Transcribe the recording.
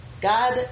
God